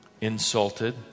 insulted